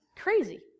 Crazy